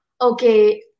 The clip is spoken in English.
Okay